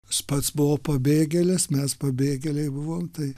aš pats buvau pabėgėlis mes pabėgėliai buvom tai